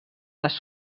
les